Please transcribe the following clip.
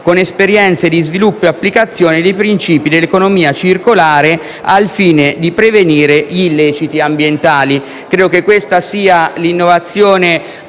con esperienze di sviluppo e applicazione dei principi dell'economia circolare al fine di prevenire illeciti ambientali.